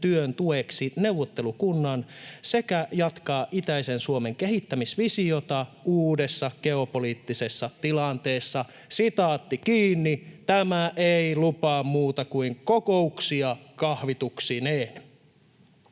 työn tueksi neuvottelukunnan sekä jatkaa itäisen Suomen kehittämisvisiota uudessa geopoliittisessa tilanteessa.” Tämä ei lupaa muuta kuin kokouksia kahvituksineen.